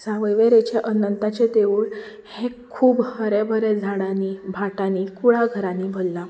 सावयवेरेचें अनंथाचें देवूळ हें खूब हरे बरे झाडांनी भाटांनी कुळाघरांनी भरलां